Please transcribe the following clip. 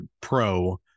pro